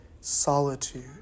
solitude